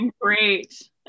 great